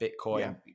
Bitcoin